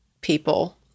people